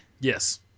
Yes